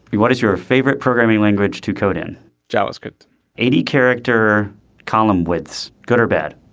what is your favorite programming language to code in javascript eighty character column widths good or bad.